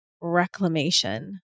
reclamation